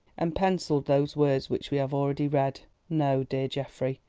and pencilled those words which we have already read. no, dear geoffrey.